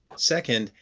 second,